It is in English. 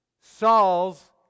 Saul's